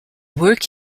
work